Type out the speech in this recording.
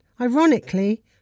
ironically